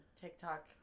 TikTok